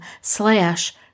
slash